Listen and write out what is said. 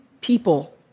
people